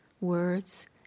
words